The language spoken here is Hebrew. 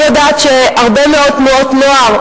אני יודעת שהרבה מאוד תנועות נוער,